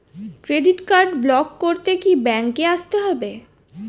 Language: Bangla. ক্রেডিট কার্ড ব্লক করতে কি ব্যাংকে আসতে হবে?